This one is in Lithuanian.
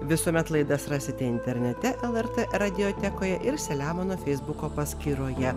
visuomet laidas rasite internete lrt radiotekoje ir selemono feisbuko paskyroje